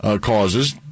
causes